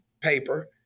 paper